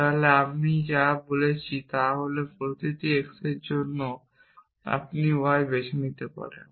তাহলে আমরা যা বলছি তা হল প্রতিটি x এর জন্য আপনি একটি y বেছে নিতে পারেন